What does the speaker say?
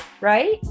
right